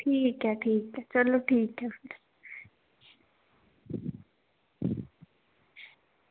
ठीक ऐ ठीक ऐ चलो ठीक ऐ फिर